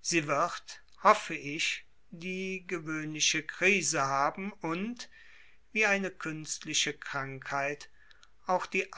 sie wird hoffe ich die gewöhnliche krise haben und wie eine künstliche krankheit auch die